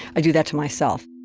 i do that to myself